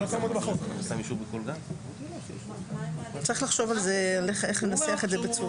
צריך לחשוב על זה איך לנסח את זה.